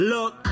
Look